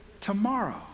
Tomorrow